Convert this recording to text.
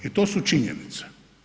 I to su činjenice.